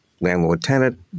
landlord-tenant